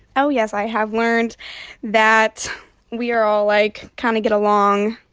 oh, yes. i have learned that we are all, like kind of get along,